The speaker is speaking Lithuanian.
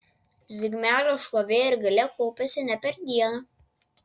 zigmelio šlovė ir galia kaupėsi ne per dieną